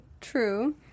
True